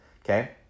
Okay